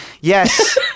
Yes